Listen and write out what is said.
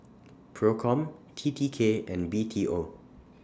PROCOM T T K and B T O